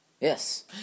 Yes